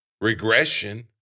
Regression